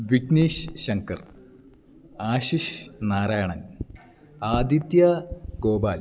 Vignesh Shankar Ashish Narayanan Aditya Gopal